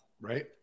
right